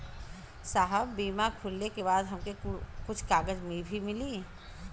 साहब बीमा खुलले के बाद हमके कुछ कागज भी मिली?